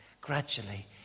gradually